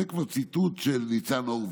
זה כבר ציטוט של ניצן הורוביץ: